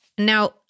Now